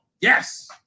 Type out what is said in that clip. Yes